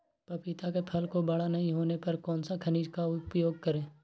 पपीता के फल को बड़ा नहीं होने पर कौन सा खनिज का उपयोग करें?